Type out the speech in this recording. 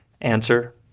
Answer